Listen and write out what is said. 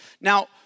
Now